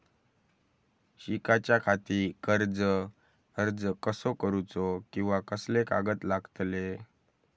शिकाच्याखाती कर्ज अर्ज कसो करुचो कीवा कसले कागद लागतले?